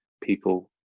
people